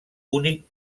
únic